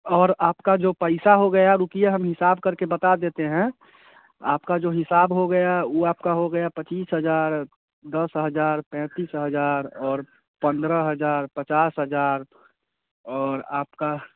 और आपका जो पैसा हो गया रुकिए हम हिसाब करके बता देते हैं आपका जो हिसाब हो गया वह आपका हो गया पच्चीस हज़ार दस हज़ार पैंतीस हजार और पंद्रह हज़ार पचास हज़ार और आपका